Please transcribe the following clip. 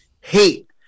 hate